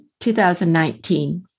2019